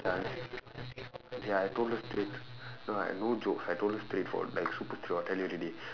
chance ya I told her straight no I no jokes I told her straightforward like super strict I tell you already